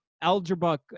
algebra